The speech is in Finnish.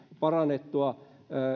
parannettua